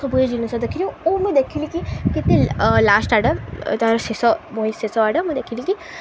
ସବୁ ଏ ଜିନିଷ ଦେଖିଲୁ ଓ ମୁଁ ଦେଖିଲି କି କେତେ ଲାଷ୍ଟ ଆଡ଼ ତାର ଶେଷ ବହି ଶେଷ ଆଡ଼ ମୁଁ ଦେଖିଲି କି